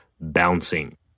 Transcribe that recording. bouncing